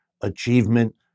achievement